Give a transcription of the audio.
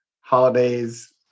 holidays